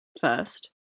First